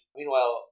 Meanwhile